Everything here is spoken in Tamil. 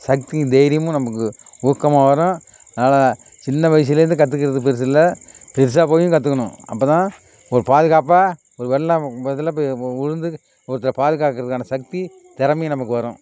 சக்தியும் தைரியமும் நமக்கு ஊக்கமாக வரும் அதனால் சின்ன வயதிலேருந்து கற்றுக்கறது பெருசு இல்லை பெருசாக போயும் கற்றுக்கணும் அப்போ தான் ஒரு பாதுகாப்பாக ஒரு வெள்ளம் பகுதியில் போய் விழுந்து ஒருத்தர் பாதுகாக்கிறதுக்கான சக்தி திறமையும் நமக்கு வரும்